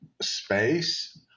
space